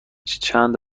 چند